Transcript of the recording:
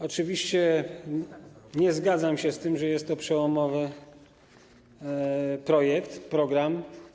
Oczywiście nie zgadzam się z tym, że jest to przełomowy projekt, program.